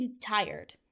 tired